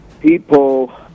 people